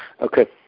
Okay